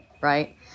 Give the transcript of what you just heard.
right